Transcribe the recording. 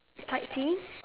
sightseeing